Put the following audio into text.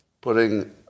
putting